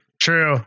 True